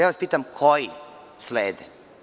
Ja vas pitam koji slede?